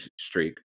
streak